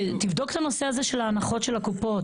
תבדוק גם את הנושא של ההנחות של הקופות.